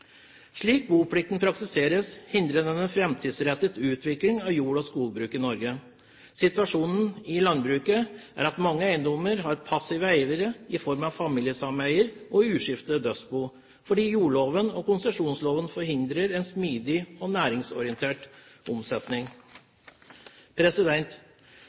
Slik boplikten praktiseres, hindrer den en framtidsrettet utvikling av jord- og skogbruk i Norge. Situasjonen i landbruket er at mange eiendommer har passive eiere i form av familiesameier og uskiftede dødsbo, fordi jordloven og konsesjonsloven forhindrer en smidig og næringsorientert omsetning.